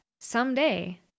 someday